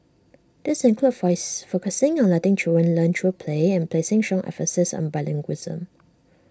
these include focusing on letting children learn through play and placing strong emphasis on bilingualism